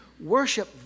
worship